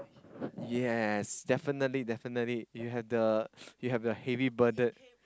yes definitely definitely you have the you have the heavy burden